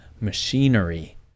Machinery